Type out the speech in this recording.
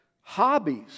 hobbies